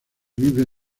vive